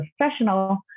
professional